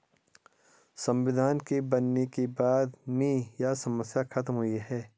संविधान के बनने के बाद में यह समस्या खत्म हुई है